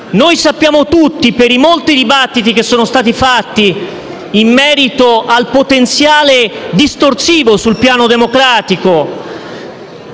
Sappiamo tutti, per i numerosi dibattiti che sono stati fatti in merito al potenziale distorsivo sul piano democratico